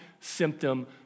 symptom